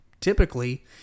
typically